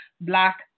Black